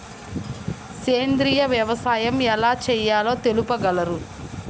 సేంద్రీయ వ్యవసాయం ఎలా చేయాలో తెలుపగలరు?